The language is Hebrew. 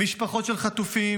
משפחות של חטופים.